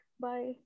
Bye